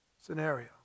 scenario